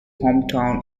hometown